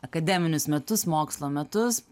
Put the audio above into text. akademinius metus mokslo metus